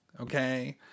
okay